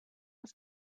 with